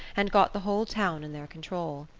and got the whole town in their control.